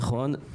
נכון.